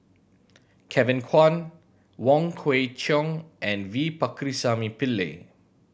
Kevin Kwan Wong Kwei Cheong and V Pakirisamy Pillai